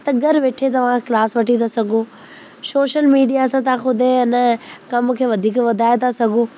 त घरु वेठे तव्हां क्लास वठी था सघो सोशल मीडिया सां तव्हां ख़ुदि इन कम खे वधीक वधाए था सघो